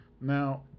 Now